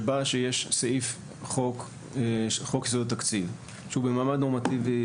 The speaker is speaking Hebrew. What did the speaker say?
שיש סעיף חוק יסודות תקציב שהוא במעמד נורמטיבי,